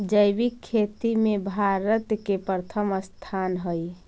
जैविक खेती में भारत के प्रथम स्थान हई